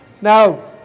Now